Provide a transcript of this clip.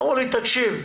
אמרו לי, תקשיב,